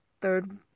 third